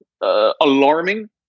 alarming